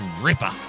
ripper